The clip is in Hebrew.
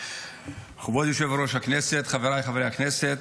מכובדי יושב-ראש הכנסת, חבריי חברי הכנסת,